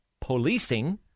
policing